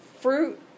fruit